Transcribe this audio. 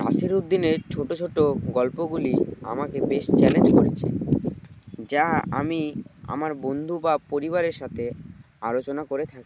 নাসির উদ্দিনের ছোটো ছোটো গল্পগুলি আমাকে বেশ চ্যালেঞ্জ করেছে যা আমি আমার বন্ধু বা পরিবারের সাথে আলোচনা করে থাকি